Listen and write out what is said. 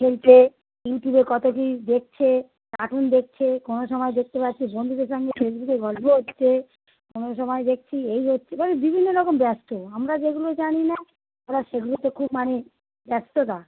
খেলছে ইউটিউবে কতো কি দেখছে কার্টুন দেখছে কোনো সময় দেখতে পাচ্ছি বন্ধুদের সঙ্গে ফেসবুকে গল্প হচ্ছে কোনো সময় দেখছি এই হচ্ছে ওই বিভিন্ন রকম ব্যস্ত আমরা যেগুলো জানি না ওরা সেগুলোতে খুব মানে ব্যস্ততা